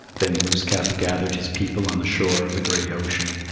then glooskap gathered his people on the shore of the great ocean,